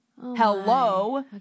Hello